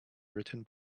written